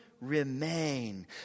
remain